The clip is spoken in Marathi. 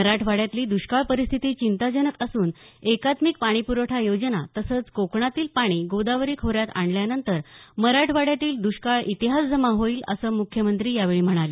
मराठवाड्यातली दुष्काळ परिस्थिती चिंताजनक असून एकात्मिक पाणी पूरवठा योजना तसंच कोकणातील पाणी गोदावरी खोऱ्यात आणल्यानंतर मराठवाड्यातील द्रष्काळ इतिहास जमा होईल असं मुख्यमंत्री यावेळी म्हणाले